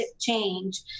change